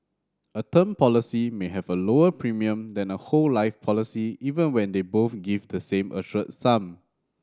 a term policy may have a lower premium than a whole life policy even when they both give the same assured sum